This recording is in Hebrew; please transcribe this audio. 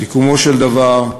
סיכומו של דבר,